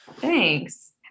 Thanks